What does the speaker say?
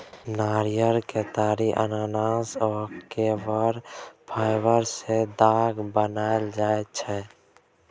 नारियर, केतारी, अनानास आ केराक फाइबर सँ ताग बनाएल जाइ छै